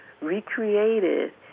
recreated